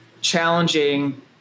challenging